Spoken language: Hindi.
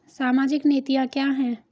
सामाजिक नीतियाँ क्या हैं?